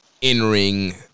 in-ring